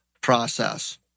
process